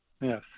yes